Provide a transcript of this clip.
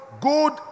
good